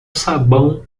sabão